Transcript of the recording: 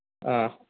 ꯑꯥ